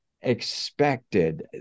expected